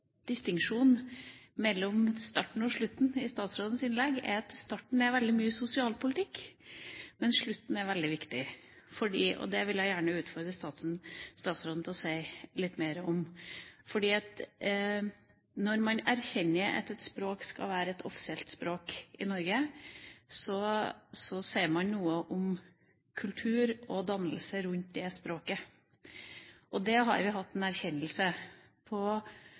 mellom starten og slutten på statsrådens innlegg, er at starten handler veldig mye om sosialpolitikk, mens slutten, som er veldig viktig, vil jeg gjerne utfordre statsråden på å si litt mer om. Når man anerkjenner et språk som et offisielt språk i Norge, sier man noe om kultur og dannelse rundt det språket. Vi har, når det gjelder samisk – sørsamisk, lulesamisk og de ulike dialektene – hatt en erkjennelse